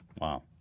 Wow